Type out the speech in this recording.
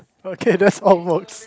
okay that all works